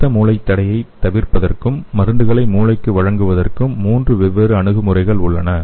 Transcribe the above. இரத்த மூளைத் தடையைத் தவிர்ப்பதற்கும் மருந்துகளை மூளைக்கு வழங்குவதற்கும் மூன்று வெவ்வேறு அணுகுமுறைகள் உள்ளன